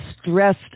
stressed